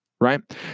right